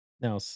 Now